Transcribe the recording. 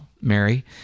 Mary